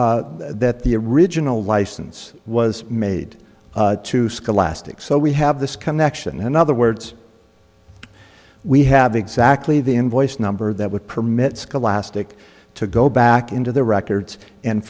that the original license was made to scholastic so we have this connection in other words we have exactly the invoice number that would permit scholastic to go back into the records and